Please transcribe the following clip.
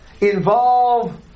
involve